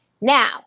Now